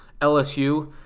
LSU